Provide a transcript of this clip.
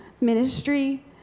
ministry